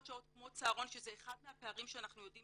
שעות כמו צהרון שזה אחד מהפערים שאנחנו יודעים